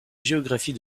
géographie